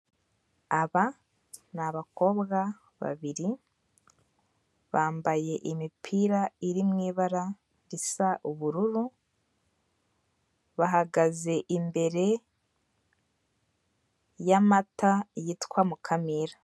Aba ni abakobwa babiri bambaye imipira iri mu ibara risa ubururu, bahagaze imbere y'amata yitwa mukamira.